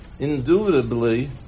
Indubitably